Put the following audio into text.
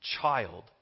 child